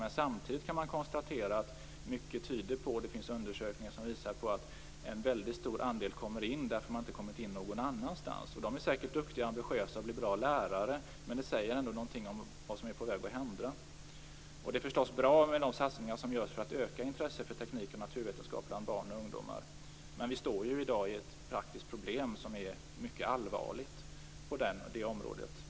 Men samtidigt kan man konstatera att mycket tyder på - och det finns undersökningar som visar det - att en väldigt stor andel kommer in därför att man inte har kommit in någon annanstans. De är säkert duktiga och ambitiösa och blir bra lärare, men det säger ändå något om vad som är på väg att hända. De satsningar som görs för att öka intresset för teknik och naturvetenskap bland barn och ungdomar är förstås bra. Men vi har i dag ett praktiskt problem på det här området som är mycket allvarligt.